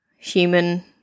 human